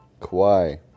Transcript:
Kawhi